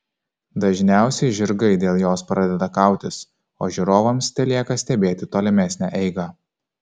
dažniausiai žirgai dėl jos pradeda kautis o žiūrovams telieka stebėti tolimesnę eigą